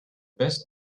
best